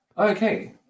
Okay